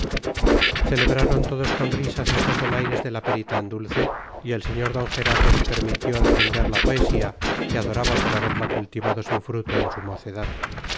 celebraron todos con risas estos donaires de la perita en dulce y el sr d gerardo se permitió defender la poesía que adoraba por haberla cultivado sin fruto en su mocedad